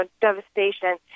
devastation